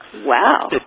Wow